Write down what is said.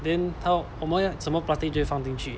then 我们什么 plastic 就会放进去